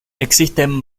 existen